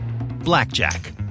Blackjack